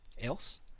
else